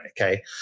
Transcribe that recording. okay